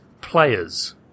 players